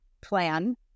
plan